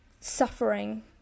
suffering